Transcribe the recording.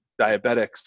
diabetics